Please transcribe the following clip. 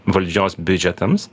valdžios biudžetams